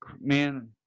Man